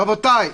רבותיי,